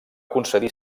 concedir